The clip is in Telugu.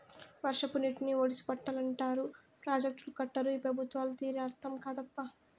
వర్షపు నీటిని ఒడిసి పట్టాలంటారు ప్రాజెక్టులు కట్టరు ఈ పెబుత్వాల తీరే అర్థం కాదప్పా